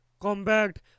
compact